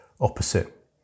opposite